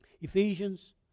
Ephesians